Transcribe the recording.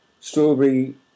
strawberry